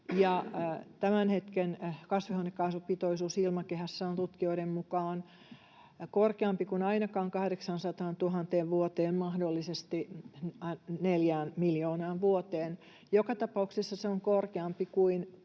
tämän hetken kasvihuonekaasupitoisuus ilmakehässä on tutkijoiden mukaan korkeampi kuin ainakin 800 000 vuoteen, mahdollisesti neljään miljoonaan vuoteen. Joka tapauksessa se on korkeampi kuin